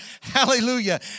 Hallelujah